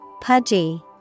Pudgy